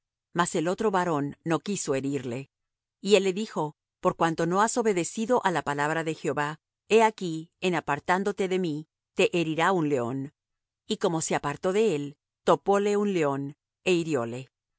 mas el otro varón no quiso herirle y él le dijo por cuanto no has obedecido á la palabra de jehová he aquí en apartándote de mí te herirá un león y como se apartó de él topóle un león é